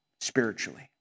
spiritually